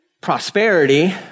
prosperity